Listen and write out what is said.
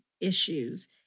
issues